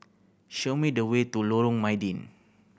show me the way to Lorong Mydin